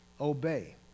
obey